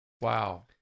wow